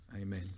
Amen